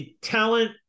talent